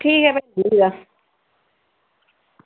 ठीक ऐ